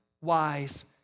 wise